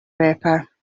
vapor